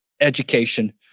education